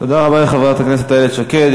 תודה רבה לחברת הכנסת איילת שקד.